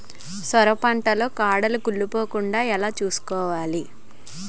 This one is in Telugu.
సొర పంట లో కాడలు కుళ్ళి పోకుండా ఎలా చూసుకోవాలి?